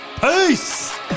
Peace